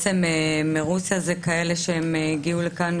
מרוסיה זה כאלה שהגיעו לכאן,